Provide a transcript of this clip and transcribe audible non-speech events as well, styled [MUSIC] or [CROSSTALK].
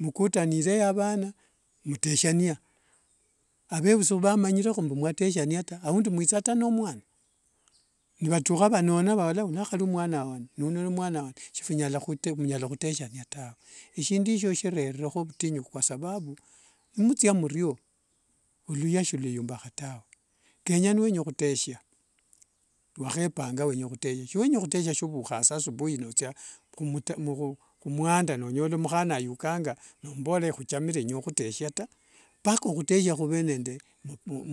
Mkutanire avana muteshia, avevusi shivamanya mbu mwateshiana taa aundi mwekha nemwana nivatukha vanona uno yakhali mwana wa ngane neuno nemwana wa ngane shivinyala [HESITATION] khuteshiana tawe. Eshindu eshio shirereho vutinyu shichira nivuthiria murio olukhya shulwembakhq tawe. Kenya niwenya khuteshia, wakhepanga wenya khuteshia, niwenya khuteshia sovukhangasa nothia khumwanda nonyola mukhana ayukanga nomuvorera mbu ekhuchamire ndenya ukhuteshia taa mpaka khuteshia khuve nende